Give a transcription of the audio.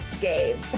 game